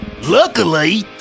Luckily